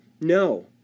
no